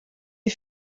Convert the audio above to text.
les